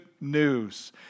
news